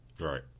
right